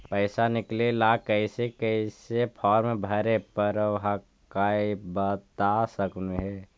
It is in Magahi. पैसा निकले ला कैसे कैसे फॉर्मा भरे परो हकाई बता सकनुह?